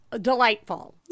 delightful